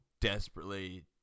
desperately